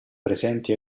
presenti